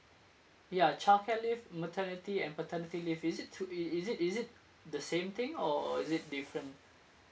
ya childcare leave maternity and paternity leave is it two i~ is it is it the same thing or is it different